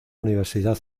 universidad